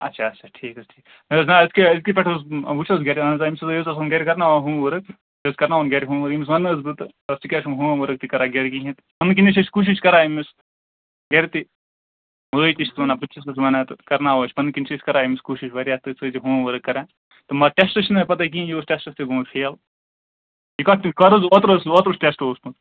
اچھا اچھا ٹھیٖک حظ ٹھیٖک مگر نہَ حظ کہِ أزۍکہِ پیٚٹھٕ اوس وُچھہوس گَرِ اَہَن حظ آ أمِس حظ اوس گَرِ کٔرناوان ہوٗم ؤرک أسۍ حظ کٔرٕناوان گَرِ ہوٗم ؤرک أمِس وَنہٕ حظ بہٕ تہٕ دَپس ژٕ کیٛازِ چھُکھ نہٕ ہوٗم ؤرک تہِ کٔران گَرِ کِہیٖنٛۍ ایٚمہِ کِنۍ چھِ أسۍ کوٗشش کٔران أمِس گَرِ تہِ مٲج تہِ چھَس وَنان بہٕ تہِ چھُسَس وَنان تہٕ کٔرٕناوان پنٕنۍ کِنۍ چھِ أسۍ کٔران أمِس کوٗشِش واریاہ تٔتھۍ سٍتۍ یہِ ہوٗم ؤرک کٔران مگر ٹیٚسٹس چھُنہِ پتاہ کِہیٖنٛۍ یہِ اوس ٹیٚسٹس تہِ گوٚمُت فیٚل یہِ کَتھ حظ یہِ کٔر حظ اوٗترٕ اوس اوترٕ یُس ٹیٚسٹ اوسمُت